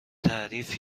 تحریف